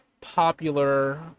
popular